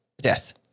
death